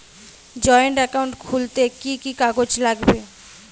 Joint account খুলতে কি কি কাগজ লাগবে?